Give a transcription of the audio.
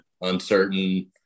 uncertain